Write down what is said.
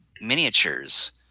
miniatures